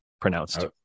pronounced